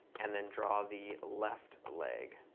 and then draw the left leg.